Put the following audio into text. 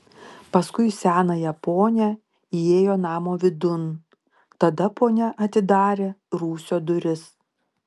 paskui senąją ponią įėjo namo vidun tada ponia atidarė rūsio duris